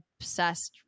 obsessed